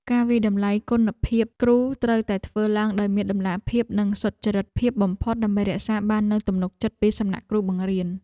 ការវាយតម្លៃគុណភាពគ្រូត្រូវតែធ្វើឡើងដោយមានតម្លាភាពនិងសុចរិតភាពបំផុតដើម្បីរក្សាបាននូវទំនុកចិត្តពីសំណាក់គ្រូបង្រៀន។